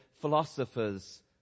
philosopher's